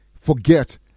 forget